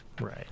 Right